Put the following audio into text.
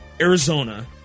Arizona